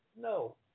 no